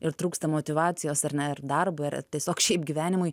ir trūksta motyvacijos ar ne ir darbui ar tiesiog šiaip gyvenimui